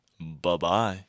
Bye-bye